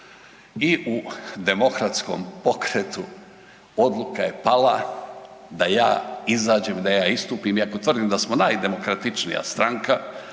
i u Demokratskom pokretu odluka je pala da ja izađem i da ja istupim, iako tvrdim da smo najdemokratičnija stranka,